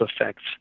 effects